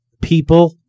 People